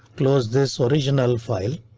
close this original file.